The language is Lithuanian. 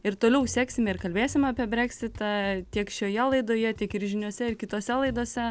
ir toliau seksime ir kalbėsim apie breksitą tiek šioje laidoje tiek ir žiniose ir kitose laidose